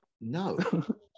No